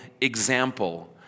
example